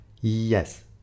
Yes